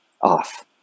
off